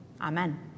Amen